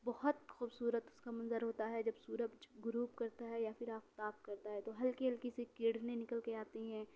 بہت خوبصورت اس کا منظر ہوتا ہے جب سورج غروب کرتا ہے یا پھر آفتاب کرتا ہے تو ہلکی ہلکی سی کرنیں نکل کے آتی ہیں